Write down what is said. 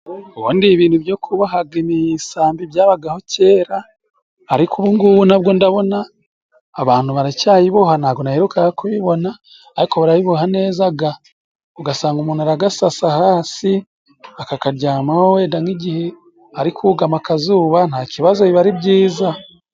Ubundi ibintu byo kubohaga imisambi byabagaho kera ariko ubungubu na bwo ndabona abantu baracayiboha, ntabwo naheruka kubibona, ariko barayiboha neza ga, ugasanga umuntu aragasasa hasi akakaryamaho wenda nk' igihe ari kugama akazuba nta kibazo biba ari byiza.